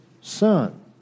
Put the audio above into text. Son